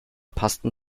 passen